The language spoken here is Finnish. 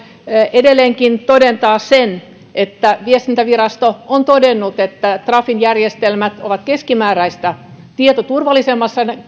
edelleenkin todeta sen että viestintävirasto on todennut että trafin järjestelmät ovat keskimääräistä tietoturvallisemmassa